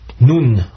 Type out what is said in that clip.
nun